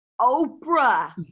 Oprah